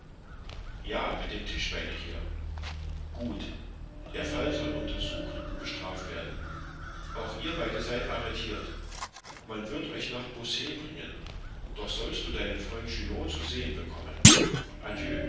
ja mit dem tischbeine hier gut der fall soll untersucht und bestraft werden auch ihr beide seid arretirt man wird euch nach beausset bringen doch sollst du deinen freund junot zu sehen bekommen